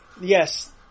yes